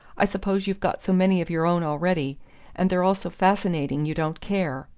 i suppose you've got so many of your own already and they're all so fascinating you don't care!